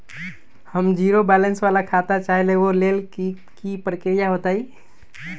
हम zero balance वाला खाता चाहइले वो लेल की की प्रक्रिया होतई?